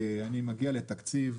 אני מגיע לתקציב.